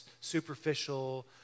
superficial